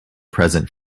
present